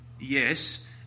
yes